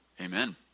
Amen